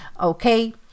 Okay